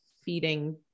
feeding